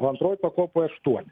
o antrojoj pakopoj aštuoni